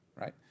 right